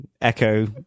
Echo